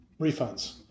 refunds